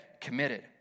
committed